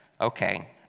okay